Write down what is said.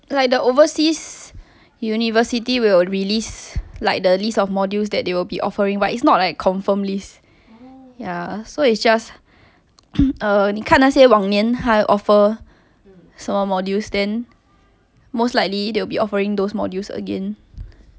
like the overseas university will release like the list of modules that they will be offering right it's not like confirm list ya so it's just err 你看那些往年他的 offer 什么 modules then most likely they will be offering those modules again